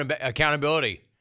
accountability